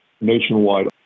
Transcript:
nationwide